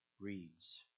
reads